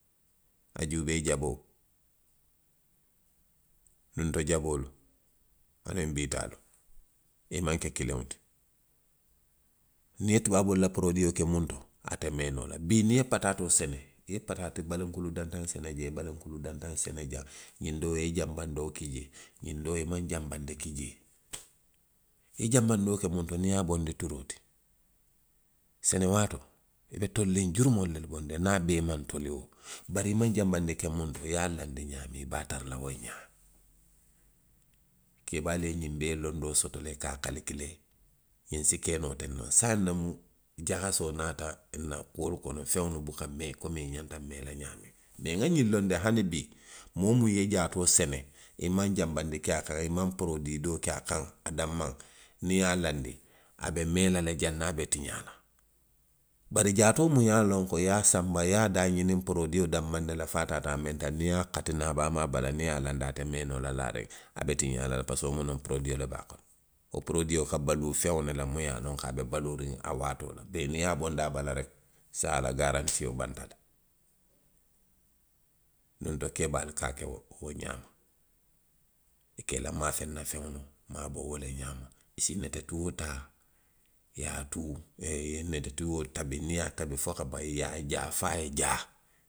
A juubee jaboo, nuŋ to jaboolu, aniŋ bii taalu, i maŋ ke kiliŋo ti. Niŋ i ye tubaaboolu la porodio ke muŋ to, ate mee noo la. Bii niŋ i ye pataaoo sene. i ye pataati balinkulu dantaŋ sene jee, balinkulu dantaŋ sene jaŋ. wo doo i ye janbandoo ki jee, ňiŋ doo i maŋ janbandi ki jee. i ye janbandoo ke muŋ to niŋ i ye a bondi turoo ti, sene waatoo. i be toliriŋ jurumoolu le bondi, niŋ a bee maŋ toli woo. Bari i maŋ janbandi ke muŋ to, i ye a laandi ňaamiŋ, i be a tara la wo ňaa. Keebaalu ye ňiŋ bee londoo soto le, i ka a kalikilee. ňiŋ si ke noo teŋ ne. saayiŋ nemu jahasoo naata nna kuolu kono, feŋolu buka mee komi i ňanta mee la ňaamiŋ. Mee nŋa ňiŋ loŋ ne hani bii. moo miŋ ye jaatoo sene, i maŋ janbandi ke a kaŋ, i maŋ porodii doo ke a kaŋ. a danmaŋ, niŋ i ye a laandi. a be mee la le janniŋ a be tiňaa la. Bari jaatoo miŋ ye a loŋ ko, i ye a sanba, iy e a daaňiniŋ porodio danmaŋ ne la fo a taata a menta, niŋ i ye a kati naŋ a baamaa bala, niŋ i ye a laandi, ate mee noo la laariŋ. A be tiňaa la le parisiko mu noŋ, porodio le be a kono. Wo porodio. Ka baluu feŋo minna muŋ ye a loŋ ko a be baluuriŋ a waatoo la. Te niŋ i ye a bondi a bala reki, saayiŋ a la gaarantio banta le. Nunto keebaalu ka a ke wo, wo ňaama. I ka i la maafeŋ na feŋolu maaboo wo le ňaama. I se netetuo taa, i ye a tuu, ee i ye netetuo tabi, niŋ i ye a tabi fo ka baŋ, i ye a jaa fo a ye a jaa.